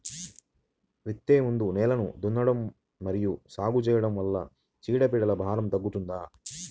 విత్తే ముందు నేలను దున్నడం మరియు సాగు చేయడం వల్ల చీడపీడల భారం తగ్గుతుందా?